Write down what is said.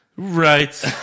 Right